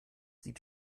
sieht